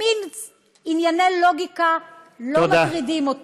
ענייני לוגיקה לא מטרידים אותו.